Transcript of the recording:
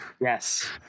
yes